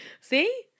See